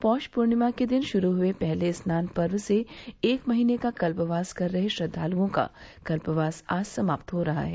पौधा पूर्णिमा के दिन श्रारू हुए पहले स्नान पर्व से एक महीने का कल्पवास कर रहे श्रद्वालुओं का कल्पवास आज समाप्त हो रहा है